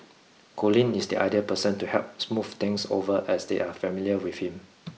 Colin is the ideal person to help smooth things over as they are familiar with him